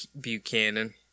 Buchanan